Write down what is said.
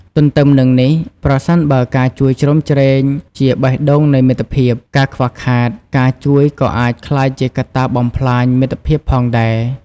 ទទ្ទឹមនឹងនេះ ប្រសិនបើការជួយជ្រោមជ្រែងជាបេះដូងនៃមិត្តភាព ការខ្វះខាត ការជួយក៏អាចក្លាយជាកត្តាបំផ្លាញមិត្តភាពផងដែរ។